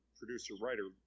producer-writer